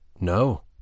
No